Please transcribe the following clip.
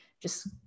just-